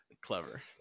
Clever